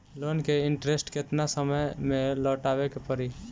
Loan के interest केतना समय में लौटावे के पड़ी?